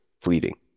fleeting